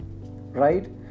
right